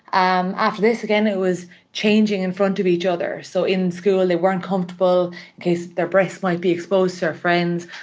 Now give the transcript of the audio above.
um after this, again, it was changing in front of each other. so in school they weren't comfortable in case their breasts might be exposed to their friends.